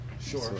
Sure